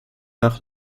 nach